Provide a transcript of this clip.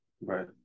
right